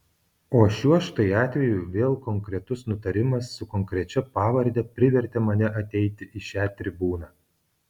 o šiuo štai atveju vėl konkretus nutarimas su konkrečia pavarde privertė mane ateiti į šią tribūną